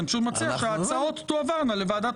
אני פשוט מציע שההצעות תועברנה לוועדת